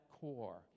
core